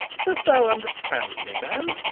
dost thou understand me, man?